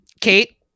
Kate